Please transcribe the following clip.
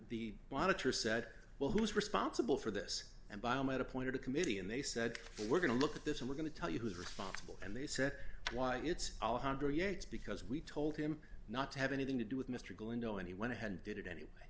the monitor said well who's responsible for this and biomed appointed a committee and they said we're going to look at this and we're going to tell you who's responsible and they said why it's a one hundred yes because we told him not to have anything to do with mr glinda and he went ahead and did it anyway